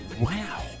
Wow